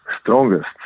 Strongest